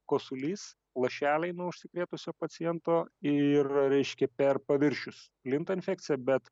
kosulys lašeliai nuo užsikrėtusio paciento ir reiškia per paviršius plinta infeckcijs bet